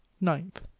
ninth